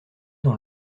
dans